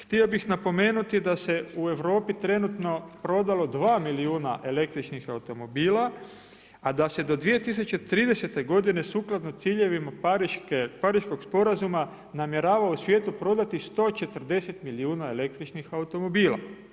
Htio bih napomenuti da se u Europi trenutno prodalo dva milijuna električnih automobila, a da se do 2030. godine sukladno ciljevima Pariškog sporazuma namjerava u svijetu prodati 140 milijuna električnih automobila.